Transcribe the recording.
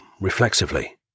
reflexively